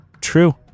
true